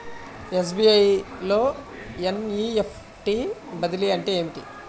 SBI లో NEFT బదిలీ అంటే ఏమిటి?